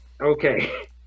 Okay